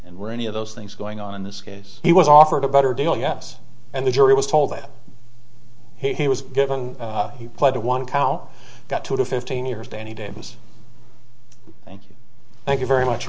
and were any of those things going on in this case he was offered a better deal yes and the jury was told that he was given he pled to one cow got two to fifteen years danny davis thank you thank you very much